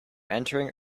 entering